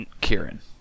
Kieran